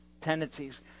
tendencies